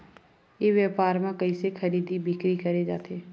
ई व्यापार म कइसे खरीदी बिक्री करे जाथे?